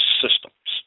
systems